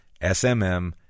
SMM